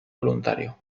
voluntario